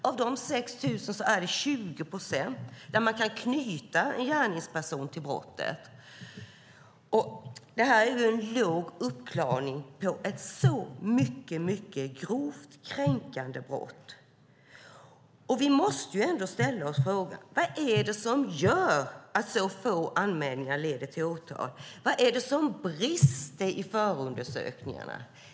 Av dessa 6 000 är det 20 procent där man kan knyta en gärningsperson till brottet. Det är en låg uppklarningsprocent på så grovt kränkande brott. Vi måste ändå ställa oss frågan: Vad är det som gör att så få anmälningar leder till åtal? Vad är det som brister i förundersökningarna?